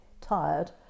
tired